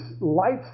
lights